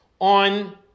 on